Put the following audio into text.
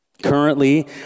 Currently